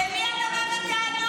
--- למי אתה אומר "תפסיקו"?